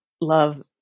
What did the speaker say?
love